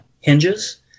hinges